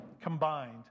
combined